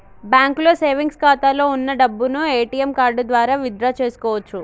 బ్యాంకులో సేవెంగ్స్ ఖాతాలో వున్న డబ్బును ఏటీఎం కార్డు ద్వారా విత్ డ్రా చేసుకోవచ్చు